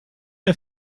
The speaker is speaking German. der